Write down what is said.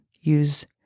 use